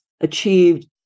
achieved